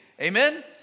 Amen